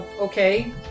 okay